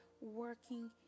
working